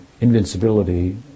invincibility